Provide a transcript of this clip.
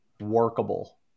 workable